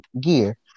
gear